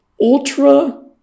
ultra